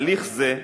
הליך זה,